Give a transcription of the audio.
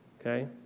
okay